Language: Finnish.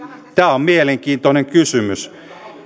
tämä on mielenkiintoinen kysymys